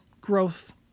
growth